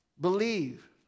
believe